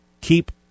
keep